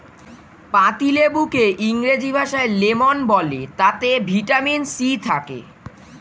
পাতিলেবুকে ইংরেজি ভাষায় লেমন বলে তাতে ভিটামিন সি থাকে